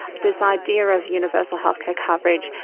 this idea of universal healthcare coverage,